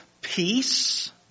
peace